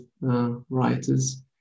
writers